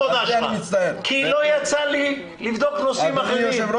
כי לא יצא לי לבדוק נושאים אחרים.